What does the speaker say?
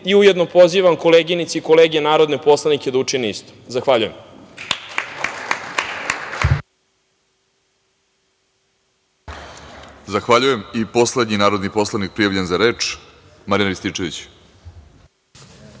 i ujedno pozivam koleginice i kolege narodne poslanike da učine isto. Zahvaljujem. **Vladimir Orlić** Zahvaljujem. Poslednji narodni poslanik prijavljen za reč, Marijan Rističević.